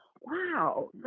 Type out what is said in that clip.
wow